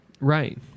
Right